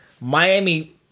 Miami